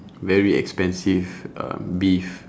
very expensive um beef